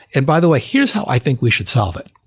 and by the way, here's how i think we should solve it.